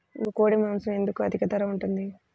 నాకు కోడి మాసం ఎందుకు అధిక ధర ఉంటుంది?